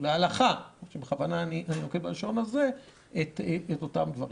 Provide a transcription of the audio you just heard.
להלכה להגיד את אותם דברים.